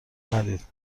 ندید